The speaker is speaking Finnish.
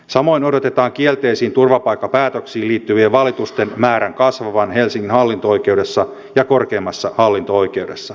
samoin odotetaan kielteisiin turvapaikkapäätöksiin liittyvien valitusten määrän kasvavan helsingin hallinto oikeudessa ja korkeimmassa hallinto oikeudessa